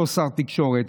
אותו שר תקשורת,